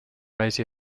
raised